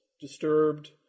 Disturbed